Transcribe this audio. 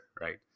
right